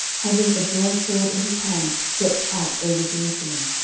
having a drawn sword in his hand stretched out over jerusalem.